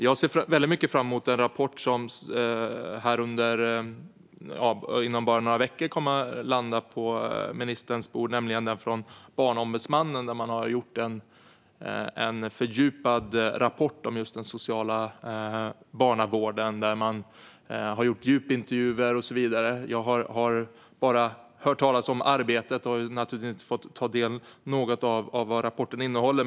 Jag ser väldigt mycket fram emot den rapport som inom bara några veckor kommer att landa på ministerns bord, nämligen den från Barnombudsmannen. Det är en fördjupad rapport om just den sociala barnavården. Man har gjort djupintervjuer och så vidare. Jag har bara hört talas om arbetet och naturligtvis inte fått ta del av något av rapportens innehåll.